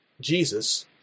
Jesus